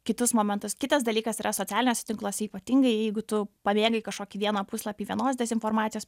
kitus momentus kitas dalykas yra socialiniuose tinkluose ypatingai jeigu tu pamėgai kažkokį vieną puslapį vienos dezinformacijos